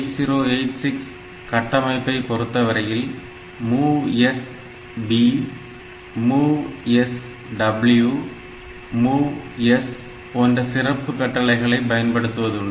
8086 கட்டமைப்பை பொறுத்தவரையில் MOVS B MOVS W MOVS போன்ற சிறப்பு கட்டளைகளை பயன்படுத்துவதுண்டு